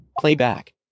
Playback